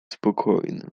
spokojnym